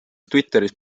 twitteris